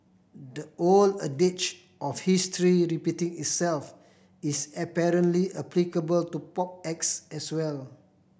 the old adage of history repeating itself is apparently applicable to pop acts as well